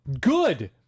Good